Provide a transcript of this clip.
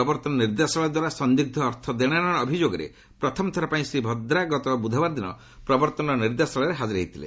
ପ୍ରବର୍ତ୍ତନ ନିର୍ଦ୍ଦେଶାଳୟ ଦ୍ୱାରା ସନ୍ଦୀଗ୍ଧ ଅର୍ଥ ଦେଶନେଣ ଅଭିଯୋଗରେ ପ୍ରଥମ ଥର ପାଇଁ ଶ୍ରୀ ଭଦ୍ରା ଗତ ବୁଧବାର ଦିନ ପ୍ରବର୍ତ୍ତନ ନିର୍ଦ୍ଦେଶାଳୟରେ ହାକର ହୋଇଥିଲେ